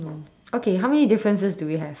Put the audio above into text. okay how many differences do we have